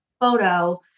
photo